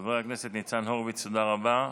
חבר הכנסת ניצן הורוביץ, תודה רבה.